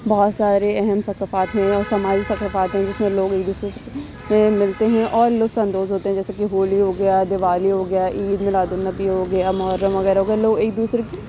بہت سارے اہم ثقافات ہیں اور سماجی ثقافات ہیں جس میں لوگ ایک دوسرے سے ملتے ہیں اور لطف اندوز ہوتے ہیں جیسے کہ ہولی ہو گیا دیوالی ہو گیا عید میلاد النبی ہو گیا محرم وغیرہ کو لوگ ایک دوسرے